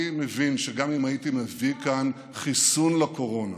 אני מבין שגם אם הייתי מביא כאן חיסון לקורונה